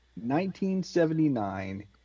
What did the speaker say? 1979